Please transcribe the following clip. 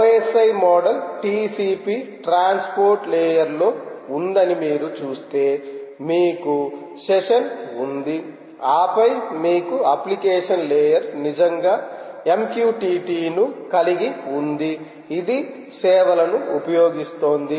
OSI model TCP transport layer లో ఉందని మీరు చూస్తే మీకు సెషన్ ఉంది ఆపై మీకు అప్లికేషన్ లేయర్నిజంగా MQTT ను కలిగి ఉంది ఇది సేవలను ఉపయోగిస్తోంది